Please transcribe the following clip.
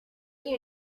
you